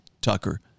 Tucker